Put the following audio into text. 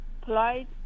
polite